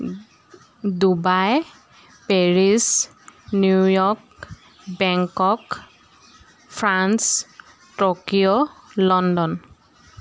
Dubai Paris New York Bangkok France Tokyo London